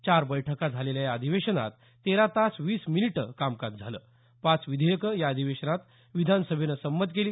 चार बैठका झालेल्या या अधिवेशनात तेरा तास वीस मिनिटं कामकाज झालं पाच विधेयकं या अधिवेशनात विधानसभेनं संमत केली